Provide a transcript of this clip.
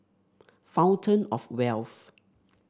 Fountain Of Wealth